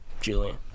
Julian